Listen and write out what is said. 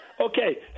Okay